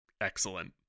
Excellent